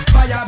Fire